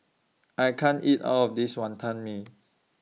I can't eat All of This Wantan Mee